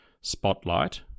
spotlight